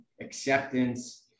acceptance